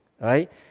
right